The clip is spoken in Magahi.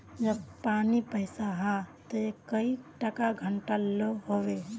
जब पानी पैसा हाँ ते कई टका घंटा लो होबे?